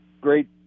great